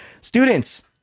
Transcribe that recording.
students